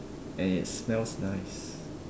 and it smells nice